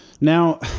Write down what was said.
Now